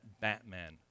Batman